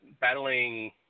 battling